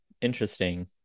Interesting